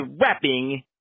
rapping